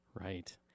Right